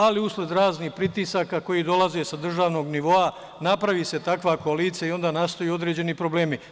Ali, usled raznih pritisaka koji dolaze sa državnog nivoa, napravi se takva koalicija i onda nastaju određeni problemi.